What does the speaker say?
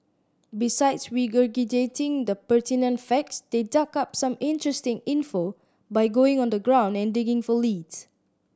besides regurgitating the pertinent facts they dug up some interesting info by going on the ground and digging for leads